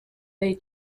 they